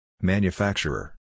Manufacturer